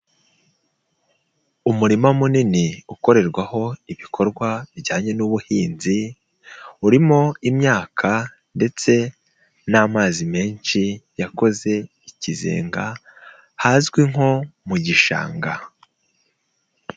Umurima munini ukorerwaho ibikorwa bijyanye n'ubuhinzi, urimo imyaka ndetse n'amazi menshi yakoze ikizenga hazwi nko mu gishanga.